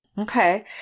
Okay